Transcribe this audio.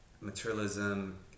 materialism